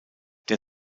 der